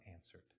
answered